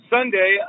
Sunday